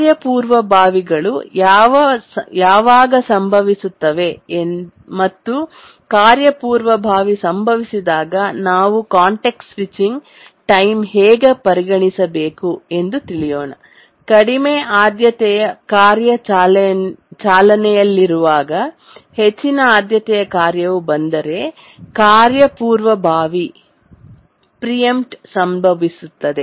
ಕಾರ್ಯ ಪೂರ್ವಭಾವಿಗಳು ಯಾವಾಗ ಸಂಭವಿಸುತ್ತವೆ ಮತ್ತು ಕಾರ್ಯ ಪೂರ್ವಭಾವಿ ಸಂಭವಿಸಿದಾಗ ನಾವು ಕಾಂಟೆಕ್ಸ್ಟ್ ಸ್ವಿಚಿಂಗ್ ಟೈಮ್ ಅನ್ನು ಪರಿಗಣಿಸಬೇಕಾಗಿದೆ ಕಡಿಮೆ ಆದ್ಯತೆಯ ಕಾರ್ಯ ಚಾಲನೆಯಲ್ಲಿರುವಾಗ ಹೆಚ್ಚಿನ ಆದ್ಯತೆಯ ಕಾರ್ಯವು ಬಂದರೆ ಕಾರ್ಯ ಪೂರ್ವಭಾವಿ ಪ್ರಿಯೆಮ್ಪ್ಟ್ ಸಂಭವಿಸುತ್ತದೆ